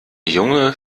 junge